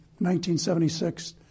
1976